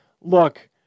look